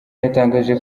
yatangaje